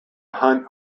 hunt